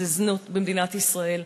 זה זנות במדינת ישראל.